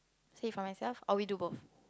say for myself or we do both